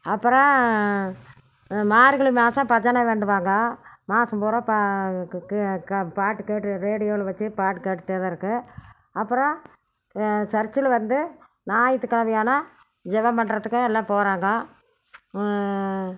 அப்புறம் மார்கழி மாதம் பஜனை வேண்டுவாங்க மாதம் பூரா பாட்டு கேட்டு ரேடியோவில் வச்சு பாட்டுக் கேட்டுகிட்டேதான் இருக்கும் அப்புறம் சர்ச்சில் வந்து ஞாயிற்றுக்கெழமையானா ஜெபம் பண்ணுறதுக்கு எல்லாம் போகிறாங்க